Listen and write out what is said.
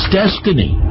destiny